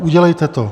Udělejte to.